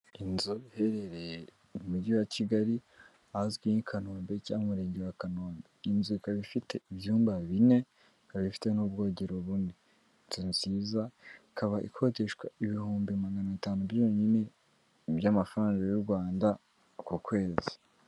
Inzu iherereye mu mujyi wa Kigali hazwi nk'i Kanombe cyangwa umurenge wa Kanombe ni inzu nziza, ikaba ifite ibyumba bine ikaba ifite n'ubwogero inzu nziza ikaba ikodeshwa ibihumbi magana atanu byonyine by'amafaranga y'u Rwanda ku kwezi.